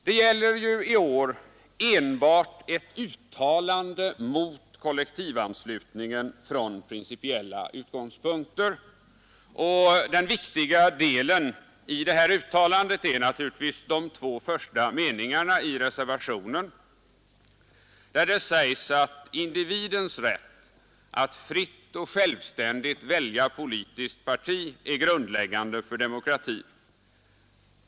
Det gäller i år enbart ett uttalande mot kollektivanslutningen från principiella utgångspunkter, och den viktiga delen i det här uttalandet är naturligtvis de två första meningarna i reservationen, där det heter: ”Individens rätt att fritt och självständigt välja politiskt parti är grundläggande för demokratin.